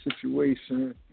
situation